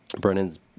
Brennan's